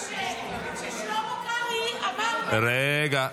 כששלמה קרעי אמר --- רגע.